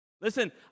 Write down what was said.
Listen